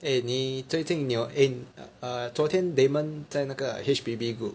eh 你最近你有 eh err 昨天 Damon 在那个 H_P_B group